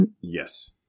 Yes